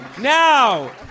Now